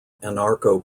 anarcho